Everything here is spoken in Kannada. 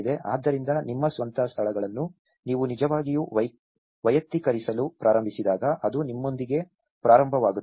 ಆದ್ದರಿಂದ ನಿಮ್ಮ ಸ್ವಂತ ಸ್ಥಳಗಳನ್ನು ನೀವು ನಿಜವಾಗಿಯೂ ವೈಯಕ್ತೀಕರಿಸಲು ಪ್ರಾರಂಭಿಸಿದಾಗ ಅದು ನಿಮ್ಮೊಂದಿಗೆ ಪ್ರಾರಂಭವಾಗುತ್ತದೆ